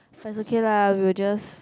but it's okay lah we will just